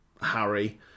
Harry